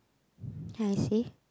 can I see